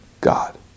God